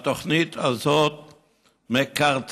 התוכנית הזאת מקרטעת,